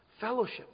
Fellowship